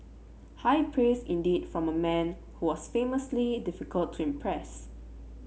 high praise indeed from a man who was famously difficult to impress